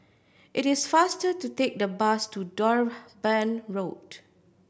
it is faster to take the bus to Durban Road